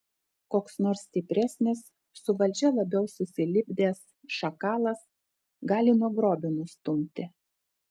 koks nors stipresnis su valdžia labiau susilipdęs šakalas gali nuo grobio nustumti